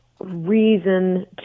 reason